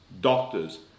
doctors